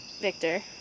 Victor